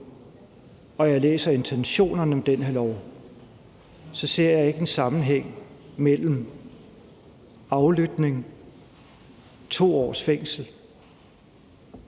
og jeg læser intentionerne med det her lovforslag, ser jeg ikke en sammenhæng mellem aflytning, 2 års fængsel